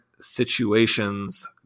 situations